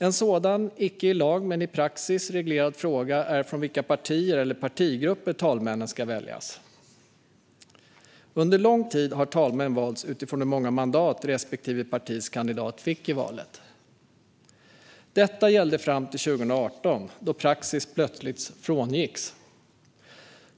En sådan icke i lag men i praxis reglerad fråga är från vilka partier eller partigrupper talmännen ska väljas. Under lång tid har talmän valts utifrån hur många mandat respektive parti fått i valet. Detta gällde fram till 2018, då praxis plötsligt frångicks.